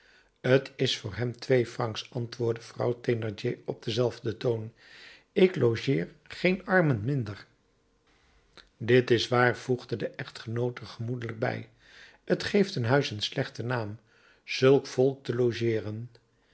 t is voor hem twee francs antwoordde vrouw thénardier op denzelfden toon ik logeer geen armen minder dit is waar voegde de echtgenoot er gemoedelijk bij t geeft een huis een slechten naam zulk volk te logeeren